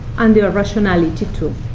and their rationality, too.